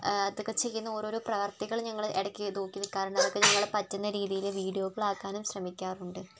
അതൊക്കെ ചെയ്യുന്ന ഓരോരോ പ്രവൃത്തികൾ ഞങ്ങൾ ഇടയ്ക്ക് നോക്കി നിൽക്കാറുണ്ട് നമ്മൾ പറ്റുന്ന രീതിയിൽ വീഡിയോകൾ ആക്കാനും ശ്രമിക്കാറുണ്ട്